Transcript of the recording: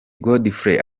godfrey